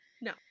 No